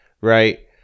Right